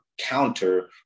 counter